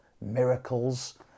miracles